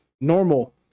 normal